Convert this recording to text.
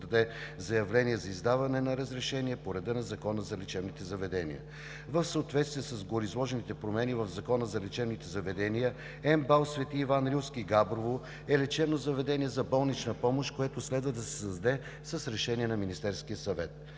подаде заявление за издаване на разрешение по реда на Закона за лечебните заведения. В съответствие с гореизложените промени в Закона за лечебните заведения МБАЛ „Свети Иван Рилски“ – Габрово, е лечебно заведение за болнична помощ, което следва да се създаде с решение на Министерския съвет.